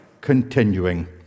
continuing